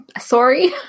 sorry